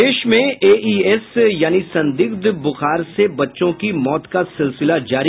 प्रदेश में एईएस यानि संदिग्ध ब्रखार से बच्चों की मौत का सिलसिला जारी